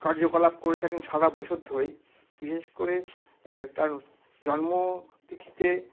কার্যকলাপ করে থাকেন সারা বছর ধরেই বিশেষ করে তার জন্ম তিথিতে